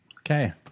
Okay